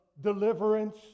deliverance